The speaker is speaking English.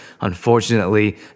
Unfortunately